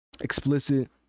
explicit